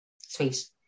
Sweet